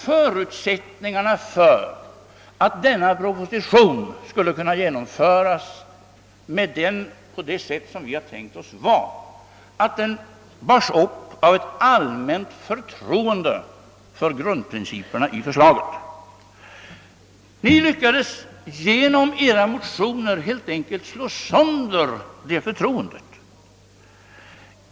Förutsättningarna för att regeringsförslaget skulle kunna genomföras på det sätt vi tänkt oss var att dess grundprinciper bars upp av ett allmänt förtroende. Ni lyckades med hjälp av edra motioner helt enkelt slå sönder det förtroendet.